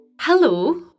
Hello